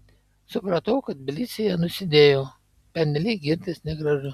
supratau kad tbilisyje nusidėjau pernelyg girtis negražu